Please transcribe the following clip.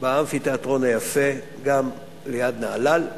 באמפיתיאטרון היפה, גם ליד נהלל.